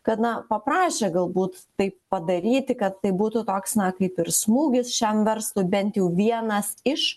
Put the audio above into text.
kad na paprašė galbūt taip padaryti kad tai būtų toks na kaip ir smūgis šiam verslui bent jau vienas iš